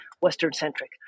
Western-centric